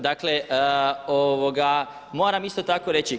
Dakle, moram isto tako reći.